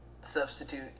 substitute